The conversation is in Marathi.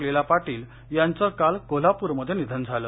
लीला पाटील यांच काल कोल्हापूरमध्ये निधन झाल